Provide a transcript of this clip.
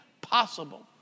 possible